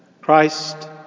Christ